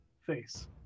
face